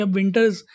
winters